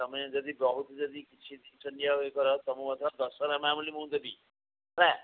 ତୁମେ ଯଦି ବହୁତ ଯଦି କିଛି ଜିନିଷ ନିଅ ଆଉ ଇଏ କର ତୁମକୁ ମଧ୍ୟ ଦଶହରା ମାମୁଲି ମୁଁ ଦେବି ହେଲା